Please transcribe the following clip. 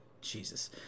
Jesus